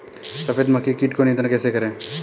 सफेद मक्खी कीट को नियंत्रण कैसे करें?